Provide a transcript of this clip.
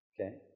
okay